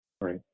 Right